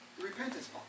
repentance